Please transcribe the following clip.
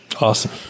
Awesome